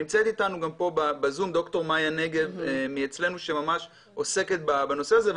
נמצאת איתנו פה בזום ד"ר מאיה נגב מאצלנו שממש עוסקת בנושא הזה.